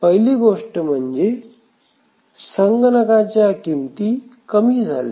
पहिली गोष्ट म्हणजे संगणकाच्या किमती कमी झाल्या